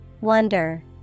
Wonder